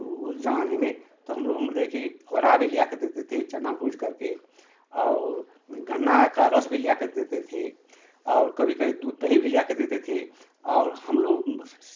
उस ज़माने में त हम लोग मदे की होरहा भी ला कर देते थे चना भून करके और गन्ना का रस भी भी ला कर देते थे और कभी कभी दूध दही भी ल कर देते थे और हम लोग